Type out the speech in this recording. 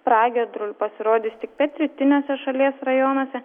pragiedrulių pasirodys tik pietrytiniuose šalies rajonuose